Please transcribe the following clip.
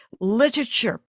literature